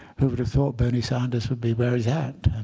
who would have thought bernie sanders would be where he's at?